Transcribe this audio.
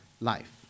life